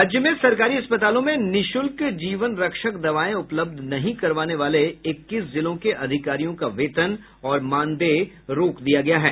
राज्य में सरकारी अस्पतालों में निःशुल्क जीवन रक्षक दवाएं उपलब्ध नहीं करवाने वाले इक्कीस जिलों के अधिकारियों का वेतन और मानदेय रोक दिया गया है